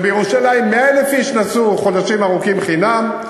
כשבירושלים 100,000 איש נסעו חודשים ארוכים חינם,